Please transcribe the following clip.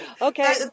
okay